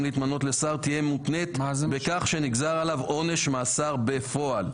להתמנות לשר תהיה מותנית בכך שנגזר עליו עונש מאסר בפועל,